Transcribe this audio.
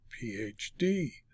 Ph.D